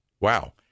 Wow